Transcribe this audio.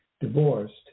divorced